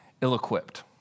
ill-equipped